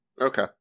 Okay